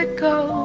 ah go